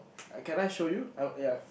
I can I show you uh ya